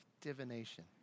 divination